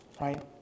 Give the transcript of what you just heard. right